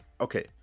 okay